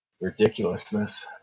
ridiculousness